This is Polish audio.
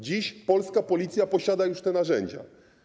Dziś polska Policja posiada już te narzędzia.